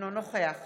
אינו נוכח